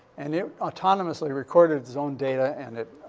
and it autonomously recorded its own data and it,